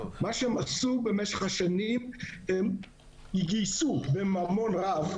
מה שהם עשו במשך השנים, הם גייסו בממון רב